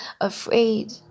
afraid